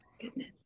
goodness